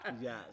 Yes